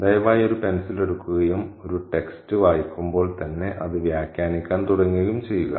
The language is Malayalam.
ദയവായി ഒരു പെൻസിൽ എടുക്കുകയും ഒരു ടെക്സ്റ്റ് വായിക്കുമ്പോൾ തന്നെ അത് വ്യാഖ്യാനിക്കാൻ തുടങ്ങുകയും ചെയ്യുക